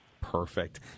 Perfect